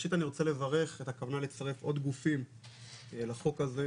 ראשית אני רוצה לברך את הכוונה לצרף עוד גופים לחוק הזה,